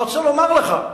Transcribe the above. אני רוצה לומר לך,